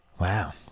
Wow